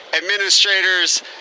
administrators